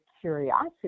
curiosity